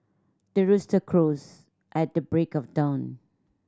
the rooster crows at the break of dawn